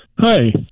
Hi